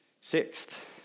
Sixth